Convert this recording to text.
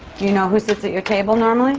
you know who sits at your table normally?